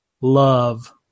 Love